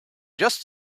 just